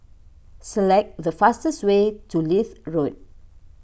select the fastest way to Leith Road